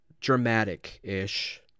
dramatic-ish